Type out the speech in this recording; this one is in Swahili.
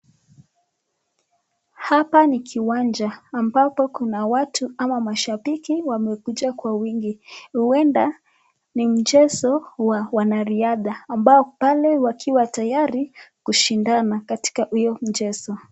Hapa ni kiwanja ambapo kuna watu ama mashabiki wamekuja kwa wingi, uenda ni mchezo wa wanariadha ambao pale wakiwa tayari kushindana katika huyo mchezo.